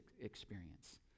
experience